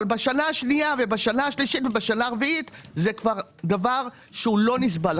אבל בשנה השנייה ובשנה השלישית והרביעית זה דבר שהוא לא נסבל.